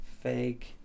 Fake